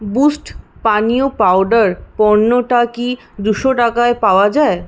boost পানীয় powder পণ্যটা কি দুশো টাকায় পাওয়া যায়